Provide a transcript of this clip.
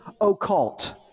occult